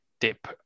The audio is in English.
dip